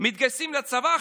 מתגייסים לצבא,